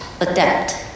adapt